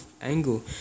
angle